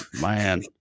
Man